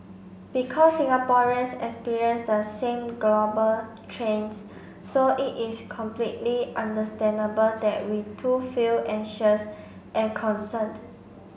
because Singaporeans experience the same global trends so it is completely understandable that we too feel anxious and concerned